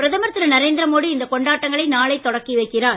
பிரதமர் திரு நரேந்திர மோடி இந்தக் கொண்டாட்டங்களை நாளை தொடங்கி வைக்கிறார்